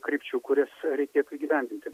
krypčių kurias reikėtų įgyvendinti